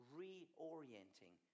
reorienting